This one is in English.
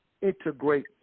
integrate